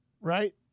Right